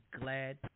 glad